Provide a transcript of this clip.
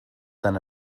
than